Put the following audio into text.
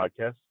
podcast